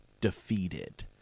defeated